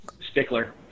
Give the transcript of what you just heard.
stickler